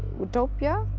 utopia?